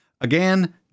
again